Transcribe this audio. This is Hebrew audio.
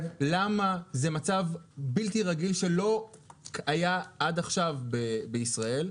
למה זה מצב בלתי רגיל שלא היה עד עכשיו בישראל?